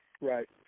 Right